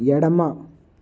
ఎడమ